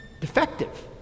defective